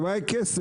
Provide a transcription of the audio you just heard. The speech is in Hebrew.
הבעיה היא כסף.